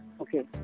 Okay